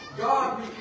God